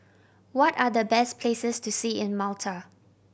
what are the best places to see in Malta